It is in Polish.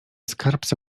skarbca